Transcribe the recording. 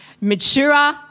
mature